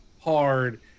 hard